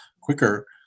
quicker